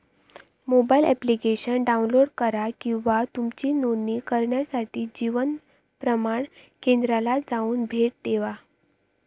mobile application download करा किंवा तुमची नोंदणी करण्यासाठी जीवन प्रमाण केंद्राला जाऊन भेट देवा